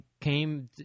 came